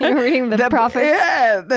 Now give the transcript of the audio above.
yeah reading the prophets? yeah,